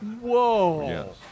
Whoa